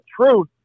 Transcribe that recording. truth